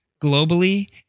globally